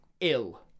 ill